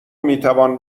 میتوان